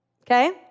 okay